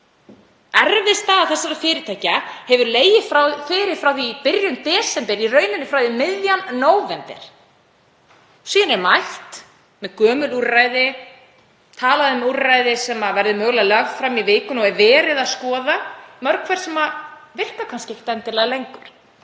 Erfið staða þessara fyrirtækja hefur legið fyrir frá því í byrjun desember, í rauninni frá því um miðjan nóvember. Síðan er mætt með gömul úrræði, talað um úrræði sem verða mögulega lögð fram í vikunni og er verið að skoða, sem mörg hver virka kannski ekkert endilega lengur,